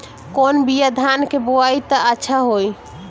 कौन बिया धान के बोआई त अच्छा होई?